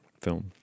film